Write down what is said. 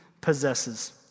possesses